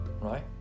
right